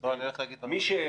לא, אני הולך להגיד דברים אחרים.